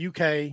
uk